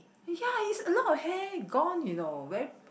ya it's a lot of hair gone you know